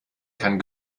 kann